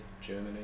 Germany